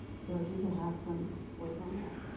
so if you could have some words on that.